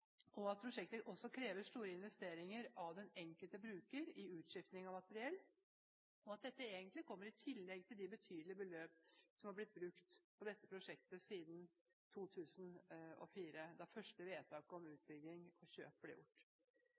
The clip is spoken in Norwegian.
til Nødnettprosjektet. Prosjektet krever også store investeringer av den enkelte bruker i utskiftning av materiell, og dette kommer egentlig i tillegg til de betydelige beløp som har blitt brukt på dette prosjektet siden 2004, da første vedtak om utbygging og kjøp ble gjort.